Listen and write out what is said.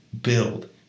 build